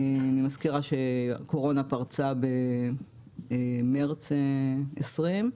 אני מזכירה שהקורונה פרצה במרס 2020,